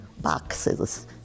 boxes